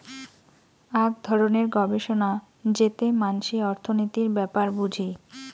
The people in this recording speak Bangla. আক ধরণের গবেষণা যেতে মানসি অর্থনীতির ব্যাপার বুঝি